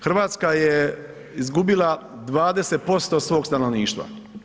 Hrvatska je izgubila 20% svog stanovništva.